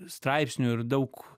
straipsnių ir daug